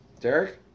Derek